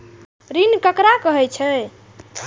ऋण ककरा कहे छै?